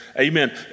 amen